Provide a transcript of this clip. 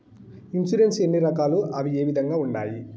insurance ఎన్ని రకాలు అవి ఏ విధంగా ఉండాయి